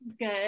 Good